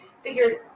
figured